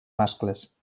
mascles